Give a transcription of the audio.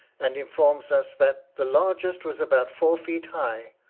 and informs us that the largest was about four feet high,